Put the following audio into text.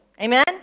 Amen